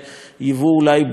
אולי בכלים אחרים,